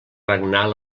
regnar